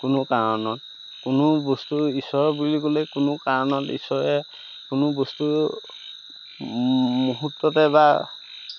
কোনো কাৰণত কোনো বস্তুৰ ঈশ্বৰ বুলি ক'লেই কোনো কাৰণত ঈশ্বৰে কোনো বস্তু মুহূৰ্ততে বা